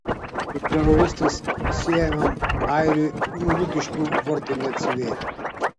su teroristais siejamam airiui lukiškių vartai neatsivėrė